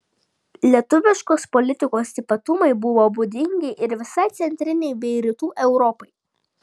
lietuviškos politikos ypatumai buvo būdingi ir visai centrinei bei rytų europai